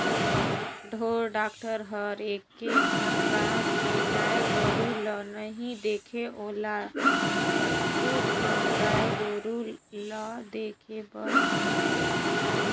ढोर डॉक्टर हर एके ठन गाँव के गाय गोरु ल नइ देखे ओला कतको ठन गाय गोरु ल देखे बर परथे